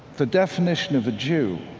the definition of a jew,